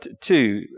two